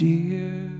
Dear